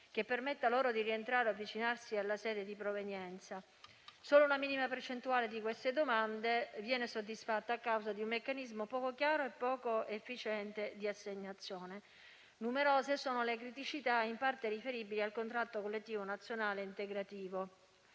che permetta loro di rientrare o avvicinarsi alla sede di provenienza; solo una minima percentuale di queste domande viene soddisfatta a causa di un meccanismo poco chiaro e poco efficiente di assegnazione; numerose sono le criticità in parte riferibili al contratto collettivo integrativo